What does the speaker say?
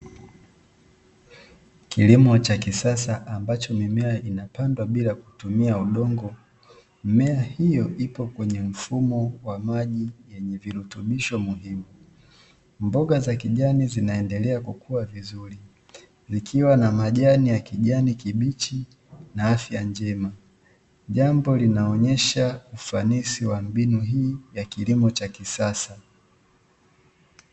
Kilimo cha kisasa ambacho mimea inapandwa bila kutumia udongo. Mimea hio ipo kwenye mfumo wa maji yenye virutubisho muhimu, mboga za kijani zinaendelea kukua vizuri likiwa na majani ya kijani kibichi na afya njema, jambo linaonyesha ufanisi wa mbinu ya kilimo cha kisasa.